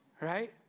right